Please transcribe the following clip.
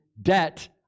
Debt